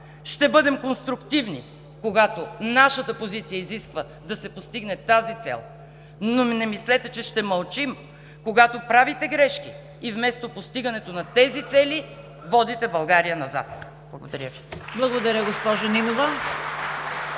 Ще бъдем конструктивни, когато нашата позиция изисква да се постигне тази цел. Но не мислете, че ще мълчим, когато правите грешки и вместо постигането на тези цели, водите България назад. Благодаря Ви. (Ръкопляскания